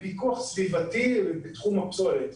לפיקוח סביבתי בתחום הפסולת.